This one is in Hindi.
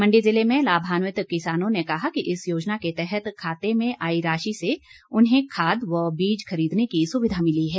मण्डी ज़िले में लाभान्वित किसानों ने कहा कि इस योजना के तहत खाते में आई राशि से उन्हें खाद व बीज खरीदने की सुविधा मिली है